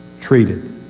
treated